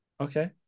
Okay